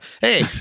Hey